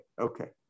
Okay